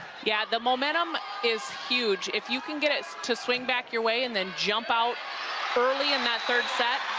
yeah, the momentum is huge. if you can get it to swing back your way and then jump out earlyin that third set,